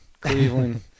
Cleveland